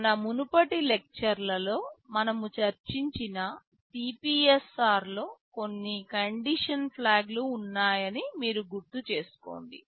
మన మునుపటి లెక్చర్ లలో మనము చర్చించిన CPSR లో కొన్ని కండిషన్ ఫ్లాగ్ లు ఉన్నాయని మీరు గుర్తు చేసుకోండి